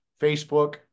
Facebook